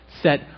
set